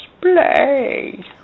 play